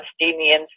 Palestinians